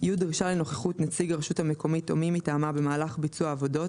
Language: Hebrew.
(י)דרישה לנוכחות נציג הרשות המקומית או מי מטעמה במהלך ביצוע העבודות,